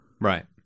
Right